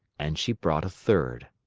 and she brought a third.